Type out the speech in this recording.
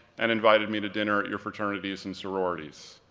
and invited me to dinner at your fraternities and sororities.